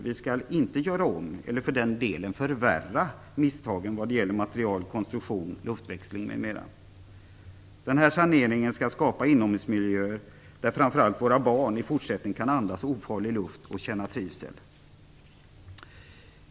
Vi skall inte göra om eller förvärra misstagen vad gäller material, konstruktion, luftväxling m.m. Saneringen skall skapa inomhusmiljöer, där framför allt våra barn kan andas ofarlig luft och känna trivsel.